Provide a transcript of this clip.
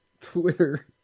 Twitter